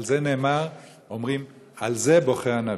על זה נאמר, אומרים: על זה בוכה הנביא.